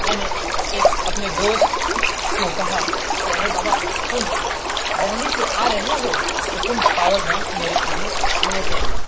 میں نے ایک اپنے دوست کو کہا کہ ارے بابا تم دہلی سے آ رہے ہو تو تم پاور بینک میرے کے لیے لیتے آنا